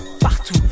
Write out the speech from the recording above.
Partout